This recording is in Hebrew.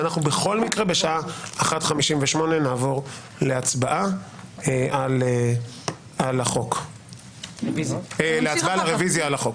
ואנחנו בכל מקרה בשעה 13:58 נעבור להצבעה על הרוויזיה על החוק.